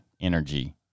energy